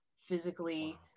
physically